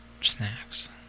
snacks